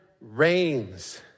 reigns